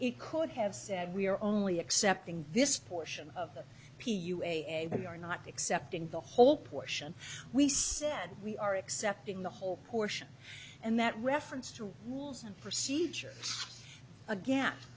it could have said we are only accepting this portion of the p u a are not accepting the whole portion we said we are accepting the whole portion and that reference to rules and procedure